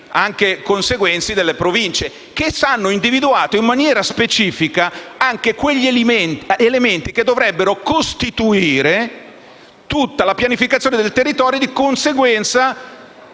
piani conseguenti delle Province, che hanno individuato in maniera specifica quegli elementi che dovrebbero costituire l'intera pianificazione del territorio e, di conseguenza,